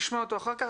נשמע אותו אחר כך.